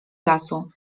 lasu